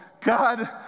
God